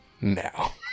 now